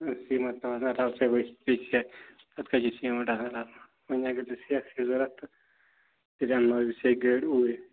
cement ترٛاونس اَتھ ہا سا ؤسۍ پیٚیہِ سٮ۪کھ تَتھ کَتہِ چھِ سیٖمَٹھ آسان رَلہٕ وۅنۍ اَگر تۅہہِ سٮ۪کھ چھِ ضروٗرت تہٕ تیٚلہِ اَنہٕ ناوَے بہٕ سٮ۪کہِ گٲڑۍ اوٗرۍ